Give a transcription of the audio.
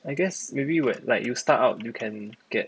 I guess maybe when like you start up you can get